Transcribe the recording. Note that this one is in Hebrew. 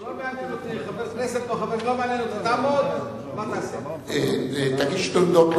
מה לעשות אם הם יגידו לא מעניין אותי חבר כנסת או לא חבר כנסת.